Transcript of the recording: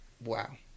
Wow